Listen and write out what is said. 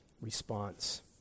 response